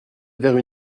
vers